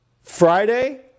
Friday